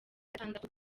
gatandatu